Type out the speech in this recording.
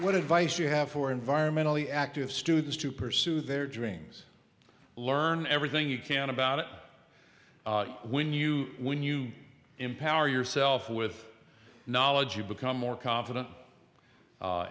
what advice you have for environmentally active students to pursue their dreams learn everything you can about when you when you empower yourself with knowledge you become more confident